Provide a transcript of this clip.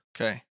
Okay